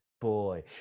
boy